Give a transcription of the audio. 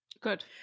Good